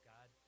God